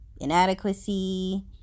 Inadequacy